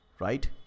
right